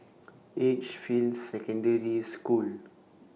Edgefield Secondary School